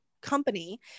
company